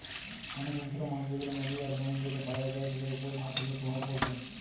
অনেক হিংস্র মাছ যেগুলা নদী আর সমুদ্রেতে পায়া যায় তাদের উপর মাছ চাষের প্রভাব পড়ছে